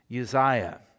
Uzziah